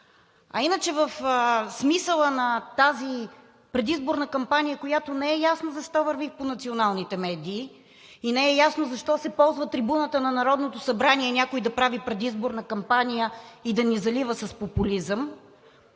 Иначе, в смисъла на тази предизборна кампания, която не е ясно защо върви по националните медии и не е ясно защо се ползва трибуната на Народното събрание някой да прави предизборна кампания и да ни залива с популизъм